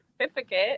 certificate